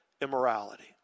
immorality